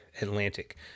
Atlantic